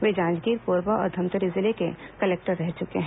वे जांजगीर कोरबा और धमतरी जिले के कलेक्टर रह चुके हैं